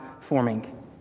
forming